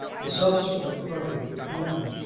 the subsequent parting between them,